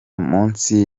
munsi